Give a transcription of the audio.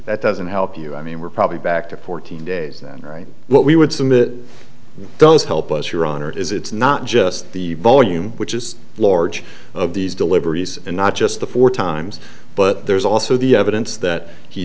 doesn't help you i mean we're probably back to fourteen days that right what we would submit does help us your honor is it's not just the volume which is large of these deliveries and not just the four times but there's also the evidence that he